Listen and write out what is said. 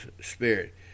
Spirit